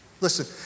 listen